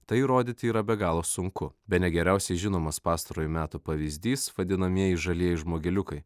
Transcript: tai įrodyti yra be galo sunku bene geriausiai žinomas pastarojo meto pavyzdys vadinamieji žalieji žmogeliukai